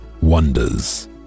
wonders